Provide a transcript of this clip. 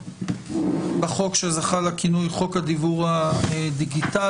בחוק שזכה לכינוי חוק הדיוור הדיגיטלי.